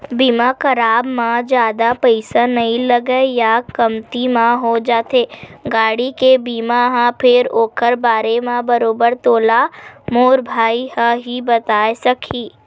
बीमा कराब म जादा पइसा नइ लगय या कमती म हो जाथे गाड़ी के बीमा ह फेर ओखर बारे म बरोबर तोला मोर भाई ह ही बताय सकही